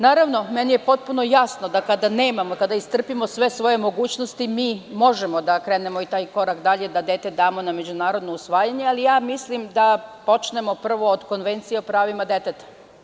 Naravno, meni je potpuno jasno da, kada nemamo kada iscrpimo sve svoje mogućnosti možemo da krenemo i taj korak dalje, da dete damo na međunarodno usvajanje, ali ja mislim da počnemo prvo od Konvencije o pravima deteta.